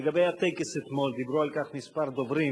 לגבי הטקס אתמול, דיברו על כך כמה דוברים,